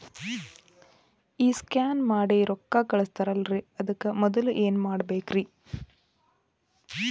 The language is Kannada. ಈ ಸ್ಕ್ಯಾನ್ ಮಾಡಿ ರೊಕ್ಕ ಕಳಸ್ತಾರಲ್ರಿ ಅದಕ್ಕೆ ಮೊದಲ ಏನ್ ಮಾಡ್ಬೇಕ್ರಿ?